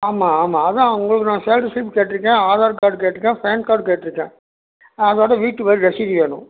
ஆமாம் ஆமாம் அதான் உங்களுக்கு நான் சேலரி ஸ்லிப் கேட்ருக்கேன் ஆதார் கார்டு கேட்ருக்கேன் பேன் கார்டு கேட்ருக்கேன் அதோட வீட்டு வரி ரசீது வேணும்